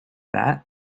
that